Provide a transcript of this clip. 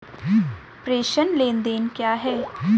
प्रेषण लेनदेन क्या है?